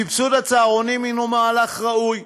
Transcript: סבסוד הצהרונים הוא מהלך ראוי.